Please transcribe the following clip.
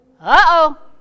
Uh-oh